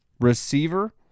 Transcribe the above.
receiver